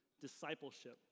discipleship